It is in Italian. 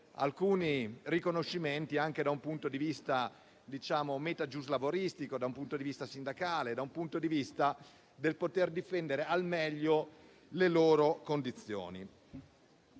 alcuni riconoscimenti anche da un punto di vista meta-giuslavoristico e sindacale, per poter difendere al meglio le loro condizioni.